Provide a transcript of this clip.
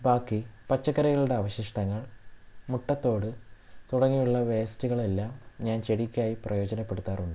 ബാക്കി പച്ചക്കറികളുടെ അവശിഷ്ട്ടങ്ങൾ മുട്ടത്തോട് തുടങ്ങിയുള്ള വേസ്റ്റുകളെല്ലാം ഞാൻ ചെടിക്കായി പ്രയോജനപ്പെടുത്താറുണ്ട്